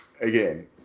again